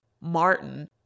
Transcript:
Martin